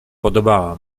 podobała